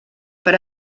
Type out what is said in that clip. per